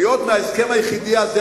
היות שאתם בורחים מההסכם היחיד הזה,